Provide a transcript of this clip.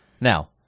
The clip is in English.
Now